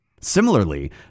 Similarly